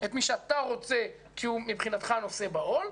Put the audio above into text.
את מי שאתה רוצה כי הוא מבחינתך נושא בעול.